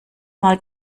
mal